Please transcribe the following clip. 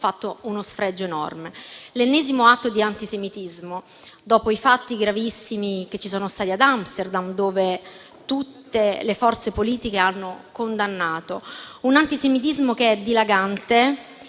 fatto uno sfregio enorme. È l'ennesimo atto di antisemitismo dopo i fatti gravissimi che ci sono stati ad Amsterdam, che tutte le forze politiche hanno condannato; un antisemitismo che è dilagante,